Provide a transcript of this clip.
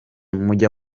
mujya